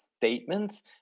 statements